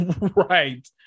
right